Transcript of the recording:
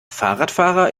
fahrradfahrer